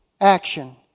action